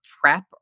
prep